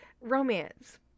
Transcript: romance